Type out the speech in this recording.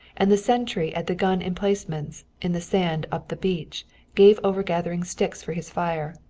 and the sentry at the gun emplacement in the sand up the beach gave over gathering sticks for his fire,